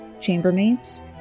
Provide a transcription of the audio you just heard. chambermaids